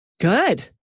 Good